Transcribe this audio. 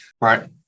Right